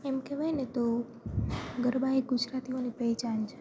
એમ કહેવાયને તો ગરબા એ ગુજરાતીઓની પહેચાન છે